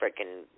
freaking